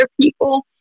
people